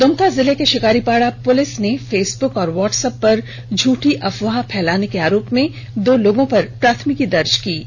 द्मका जिले के षिकारीपाड़ा पुलिस ने फेसबुक और वाहटसप पर झूठी अफवाह फैलाने के आरोप में दो लोगों पर प्राथमिकी दर्ज की है